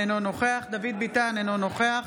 אינו נוכח דוד ביטן, אינו נוכח